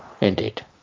Indeed